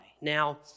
Now